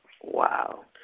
Wow